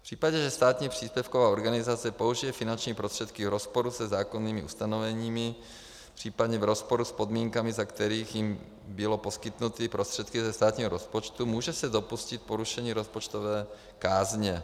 V případě, že státní příspěvková organizace použije finanční prostředky v rozporu se zákonnými ustanoveními, případně v rozporu s podmínkami, za kterých jí byly poskytnuty prostředky ze státního rozpočtu, může se dopustit porušení rozpočtové kázně.